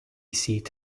seat